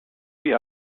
wie